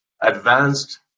advanced